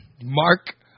mark